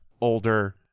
older